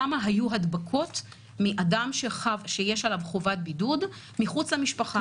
כמה הדבקות היו מאדם שיש עליו חובת בידוד מחוץ למשפחה.